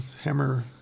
Hammer